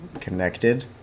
connected